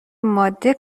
ماده